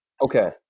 Okay